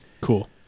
Cool